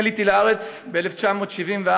אני עליתי לארץ ב-1974,